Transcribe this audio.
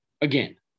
again